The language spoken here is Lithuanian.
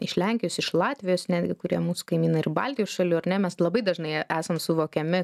iš lenkijos iš latvijos netgi kurie mūsų kaimynai ir baltijos šalių ar ne mes labai dažnai esam suvokiami